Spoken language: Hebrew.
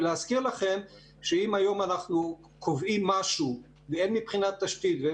ולהזכיר לכם שאם היום אנחנו קובעים משהו הן מבחינת תשתית והן